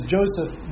Joseph